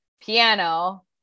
piano